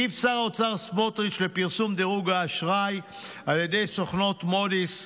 הגיב שר האוצר סמוטריץ' לפרסום דירוג האשראי על ידי סוכנות מודי'ס,